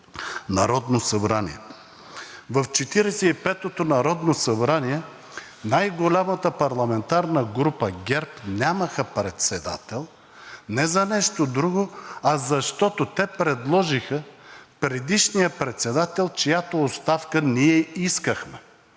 народно събрание. В Четиридесет и петото народно събрание най-голямата парламентарна група ГЕРБ нямаха председател не за нещо друго, а защото те предложиха предишния председател, чиято оставка ние искахме